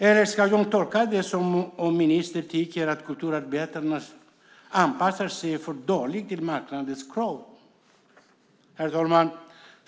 Eller ska jag tolka det så att ministern tycker att kulturarbetarna anpassar sig för dåligt till marknadens krav? Herr talman!